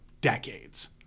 decades